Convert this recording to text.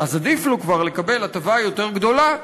אז עדיף לו כבר לקבל הטבה יותר גדולה,